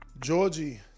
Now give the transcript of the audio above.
Georgie